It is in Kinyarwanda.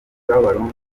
z’abarundi